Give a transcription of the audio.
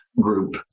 group